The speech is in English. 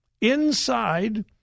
inside